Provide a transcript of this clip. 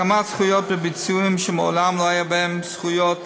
הקמת זכויות בביצועים שמעולם לא היו בהם זכויות